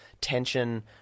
tension